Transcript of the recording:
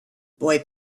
boy